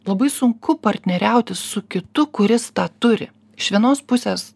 labai sunku partneriauti su kitu kuris tą turi iš vienos pusės